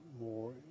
more